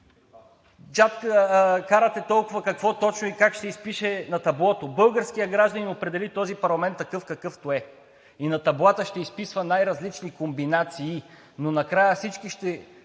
карате толкова какво точно и как ще се изпише на таблото! Българският гражданин определи този парламент такъв, какъвто е и на таблата ще изписват най-различни комбинации. Но накрая след всички тези